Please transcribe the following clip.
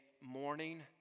morning